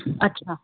अछा